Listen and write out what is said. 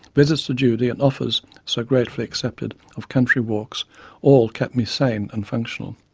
visits to judy and offers so gratefully accepted of country walks all kept me sane and functional.